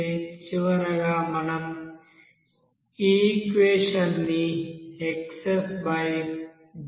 చివరగా మనం ఈఈక్వెషన్ ని xs dxs0